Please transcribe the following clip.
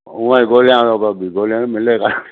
उहा ई ॻोल्हिया थो पियो ॻोल्हे मिले कान थी